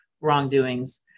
wrongdoings